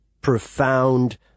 profound